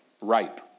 ripe